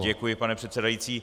Děkuji, pane předsedající.